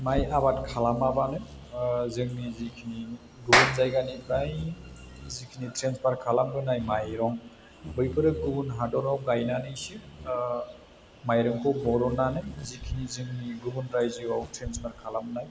माय आबाद खालामाबानो जोंनि जिखिनि गुबुन जायगानिफ्राय जिखिनि ट्रेन्सफार खालामबोनाय माइरं बैफोरो गुबुन हादराव गायनानैसो माइरंखौ बरननानै जिखिनि जोंनि गुबुन रायजोआव ट्रेन्सफार खालामनाय